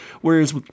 whereas